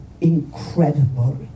incredible